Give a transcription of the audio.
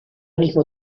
mismo